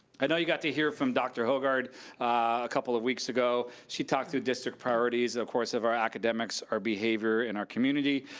i know you got to hear from dr. hoggard a couple of weeks ago she talked through district priorities, of course of our academics, our behavior in our community.